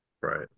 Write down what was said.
Right